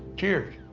cheers.